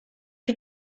chi